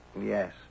Yes